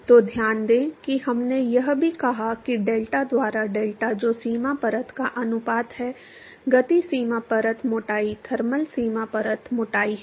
तो ध्यान दें कि हमने यह भी कहा कि डेल्टा द्वारा डेल्टा जो सीमा परत का अनुपात है गति सीमा परत मोटाई थर्मल सीमा परत मोटाई है